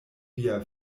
via